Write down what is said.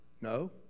No